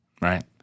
right